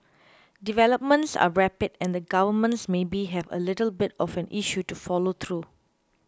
developments are rapid and the governments maybe have a little bit of an issue to follow through